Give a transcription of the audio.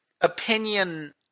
opinion